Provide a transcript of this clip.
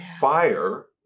fire